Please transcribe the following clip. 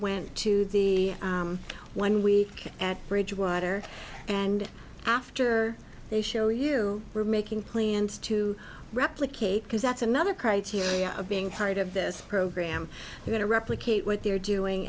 went to the one week at bridgewater and after they show you we're making plans to replicate because that's another criteria of being part of this program going to replicate what they're doing